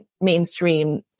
mainstream